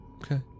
Okay